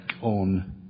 on